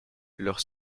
leurs